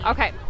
Okay